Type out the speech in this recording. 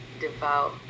Devout